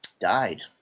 died